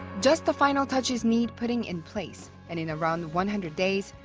just the final touches need putting in place. and in around one hundred days,